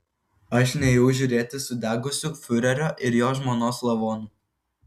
aš nėjau žiūrėti sudegusių fiurerio ir jo žmonos lavonų